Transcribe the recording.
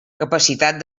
capacitat